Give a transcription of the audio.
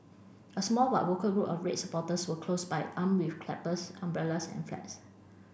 a small but vocal group of red supporters were close by armed with clappers umbrellas and flags